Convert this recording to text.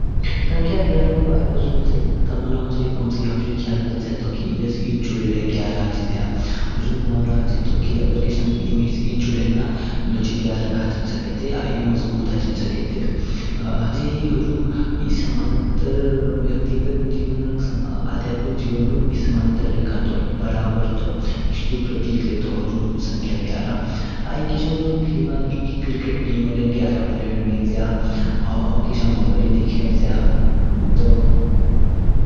संख्या ग्यारहु बारेओ सुन्चगेना ता मोनो चिकु ओम्स्की हुजु ही ख्याल बच्या तो की ऐध्स ऐध जुडडे दे ग्यारह हचिज्या। हुजु मुहावरा हे जे तो की अगर किशांग ऐह मीस ऐह जुडेन्ना दोची ग्यारह हचिम सकेते आई मजभुत हचिम सकेते। हे जी ही हुजु ऐह व्यक्तिगत जीवन रंग आध्यात्मिक हीवानु ऐह समंतर रेखा तो, बराबर तो। शिवु प्रतीक ले तो हुजु संख्या ग्यारह। आई किशांग खीमा ता ऐह क्रिकेट टीमो ले ग्यारह प्लेयर निज्या। किशांग होडो ले दिखेच्य तो।